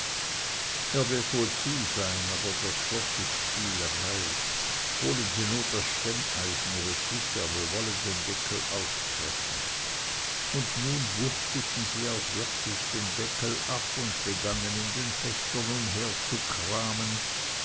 er wird wohl zu sein aber das schloß ist spielerei holen sie nur das stemmeisen roswitha wir wollen den deckel aufbrechen und nun wuchteten sie auch wirklich den deckel ab und begannen in den fächern